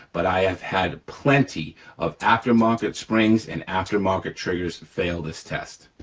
but i have had plenty of aftermarket springs and aftermarket triggers fail this test.